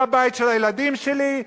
לא הבית של הילדים שלי,